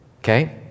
Okay